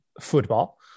football